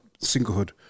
singlehood